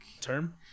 Term